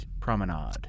promenade